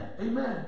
Amen